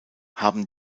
haben